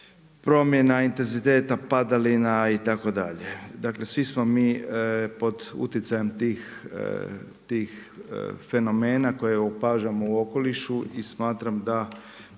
promjena intenziteta padalina itd. Dakle svi smo pod utjecajem tih fenomena koje opažamo u okolišu i smatram da